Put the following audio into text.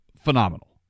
phenomenal